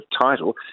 title